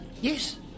Yes